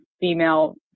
female